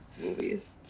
movies